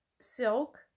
silk